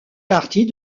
partie